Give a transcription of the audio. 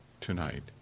tonight